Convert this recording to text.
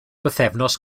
bythefnos